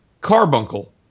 Carbuncle